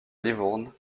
livourne